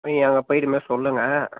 நீங்கள் அங்கேப் போய் இது மாரி சொல்லுங்க